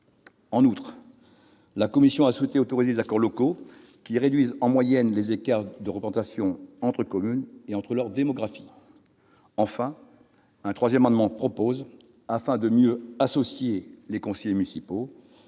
En outre, la commission a souhaité autoriser les accords locaux qui réduisent en moyenne les écarts de représentation entre communes au regard de leur démographie. Enfin, un troisième amendement vise, afin de mieux associer les conseillers municipaux